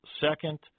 second